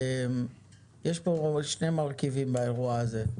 יש פה שני מרכיבים באירוע הזה: